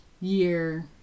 year